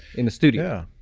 in the studio.